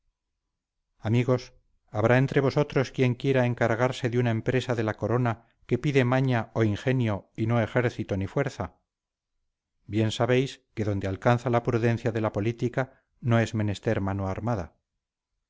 amigos habrá entre vosotros quien quiera encargarse de una empresa de la corona que pide maña o ingenio y no ejército ni fuerza bien sabéis que donde alcanza la prudencia de la política no es menester mano armada